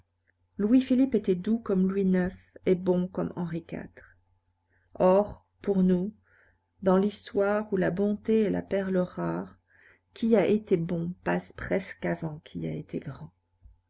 louis-philippe était doux comme louis ix et bon comme henri iv or pour nous dans l'histoire où là bonté est la perle rare qui a été bon passe presque avant qui a été grand